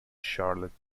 charlotte